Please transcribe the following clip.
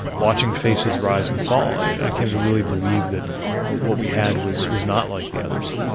watching faces rise and fall, i came to really believe that what we had was was not like the others.